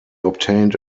obtained